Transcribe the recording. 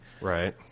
right